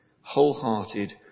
Wholehearted